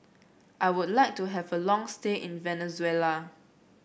I would like to have a long stay in Venezuela